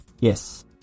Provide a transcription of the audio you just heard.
Yes